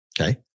Okay